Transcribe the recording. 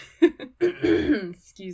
Excuse